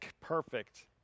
perfect